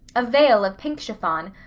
a veil of pink chiffon,